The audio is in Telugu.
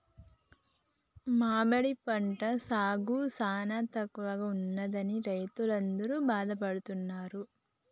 మామిడి పంట సాగు సానా తక్కువగా ఉన్నదని రైతులందరూ బాధపడుతున్నారు